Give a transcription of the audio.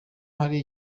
hari